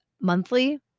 monthly